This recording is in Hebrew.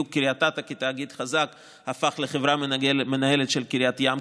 קריית אתא כתאגיד חזק הפך לחברה מנהלת של קריית ים.